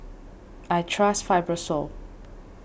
I trust Fibrosol